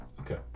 okay